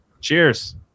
Cheers